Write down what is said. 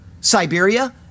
Siberia